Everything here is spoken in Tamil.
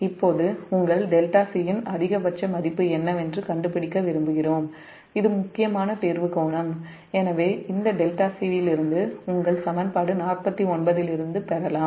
இப்போது உங்கள் 𝜹c இன் அதிகபட்ச மதிப்பு என்னவென்று கண்டுபிடிக்க விரும்புகிறோம் இது முக்கியமான தீர்வுகோணம் எனவே இந்த 𝜹c இலிருந்து பெறலாம்